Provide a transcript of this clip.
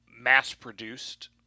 mass-produced